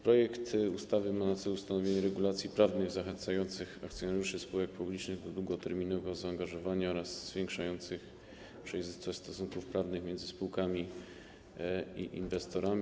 Projekt ustawy ma na celu ustanowienie regulacji prawnych zachęcających akcjonariuszy spółek publicznych do długoterminowego zaangażowania oraz zwiększających przejrzystość stosunków prawnych między spółkami i inwestorami.